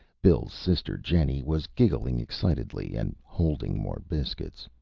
bill's sister, jenny, was giggling excitedly and holding more biscuits.